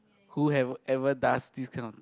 who have ever does this kind of